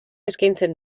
eskaintzen